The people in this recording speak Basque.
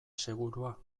segurua